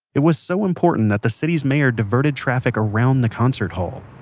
it was so important that the city's mayor diverted traffic around the concert hall,